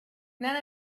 none